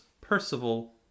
Percival